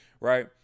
right